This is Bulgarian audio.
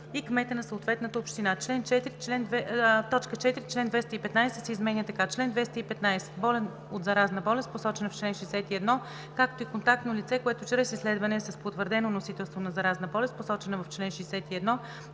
и кмета на съответната община.“ 4. Член 215 се изменя така: „Чл. 215. Болен от заразна болест, посочена в чл. 61, както и контактно лице, което чрез изследване е с потвърдено носителство на заразна болест, посочена в чл. 61,